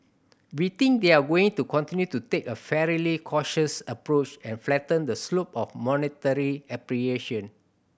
we think they're going to continue to take a fairly cautious approach and flatten the slope of monetary appreciation